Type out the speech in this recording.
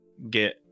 Get